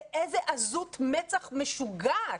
באיזו עזות מצח משוגעת,